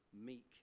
meek